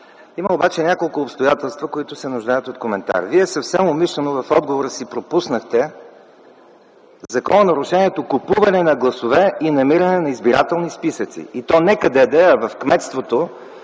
Има обаче няколко обстоятелства, които се нуждаят от коментар. Вие съвсем умишлено в отговора си пропуснахте закононарушението купуване на гласове и намирането на избирателни списъци. И то не къде да е, а в кметството